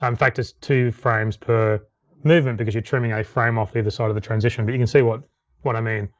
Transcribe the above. um fact, it's two frames per movement because you're trimming a frame off either side of the transition, but you can see what what i mean.